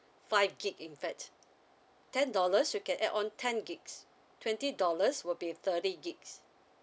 five gig in fact ten dollars you can add on ten gigs twenty dollars will be thirty gigs